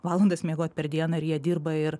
valandas miegot per dieną ir jie dirba ir